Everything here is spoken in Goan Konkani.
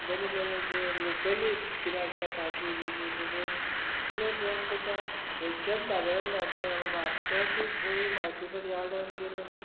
बरें बरें जें लोकली कितें आसता काजू बिजू ताजो सगलें ब्रँड तुका खंयच्याच बाजारांत मेळपा ना पूण म्हापशां तूं खंय मार्केटूच यार्डान गेलो न्हय